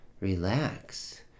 relax